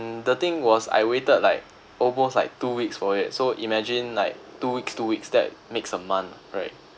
the thing was I waited like almost like two weeks for it so imagine like two weeks two weeks that makes a month nah right